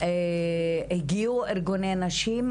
הגיעו ארגוני נשים,